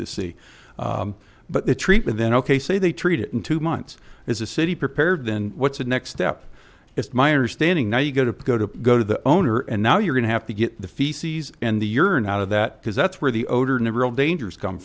to see but the treatment then ok say they treat it in two months is a city prepared then what's the next step it's my understanding now you go to go to go to the owner and now you're going to have to get the feces and the urine out of that because that's where the odor and the real dangers come